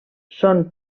són